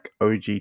OG